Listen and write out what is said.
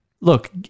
Look